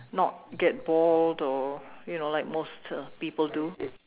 not get bald or you know like most people do